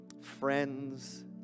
friends